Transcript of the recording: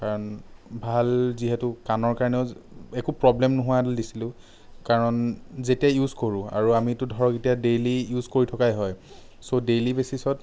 কাৰণ ভাল যিহেতু কাণৰ কাৰণেও একো প্ৰব্লেম নোহোৱা এডাল দিছিলোঁ কাৰণ যেতিয়া ইউজ কৰোঁ আৰু আমিটো ধৰক যেতিয়া ডেইলী ইউজ কৰি থকাই হয় চ' ডেইলী বেচিচত